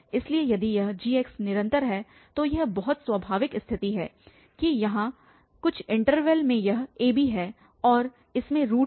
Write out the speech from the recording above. इसलिए यदि यह g निरंतर है तो यह बहुत स्वाभाविक स्थिति है कि हमारे यहाँ कुछ इन्टरवल में यह ab है और इसमें रूट है